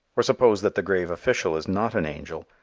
or suppose that the grave official is not an angel,